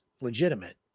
legitimate